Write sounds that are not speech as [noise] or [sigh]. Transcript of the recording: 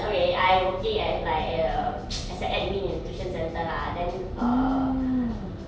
okay I'm working at like uh [noise] as an admin at tuition centre lah then err